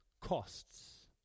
costs